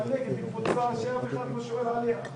אבל נגד קבוצה שאף אחד לא שואל עליה,